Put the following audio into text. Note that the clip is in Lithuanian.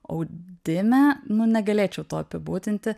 audime nu negalėčiau to apibūdinti